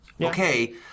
Okay